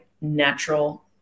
natural